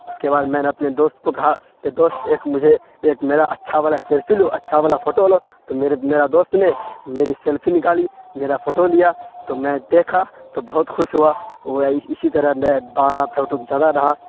اس کے بعد میں نے اپنے دوست کو کہا کہ دوست ایک مجھے ایک میرا اچھا والا سیلفی لو اچھا والا فوٹو لو تو میرے میرا دوست نے میری سیلفی نکالی میرا فوٹو لیا تو میں دیکھا تو بہت خوش ہوا وہ اسی طرح میں بارہا فوٹو کھچاتا رہا